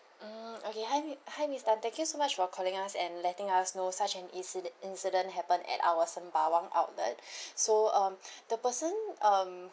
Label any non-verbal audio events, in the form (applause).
mm okay hi mi~ hi miss tan thank you so much for calling us and letting us know such an incid~ incident happened at our sembawang outlet (breath) so um (breath) the person um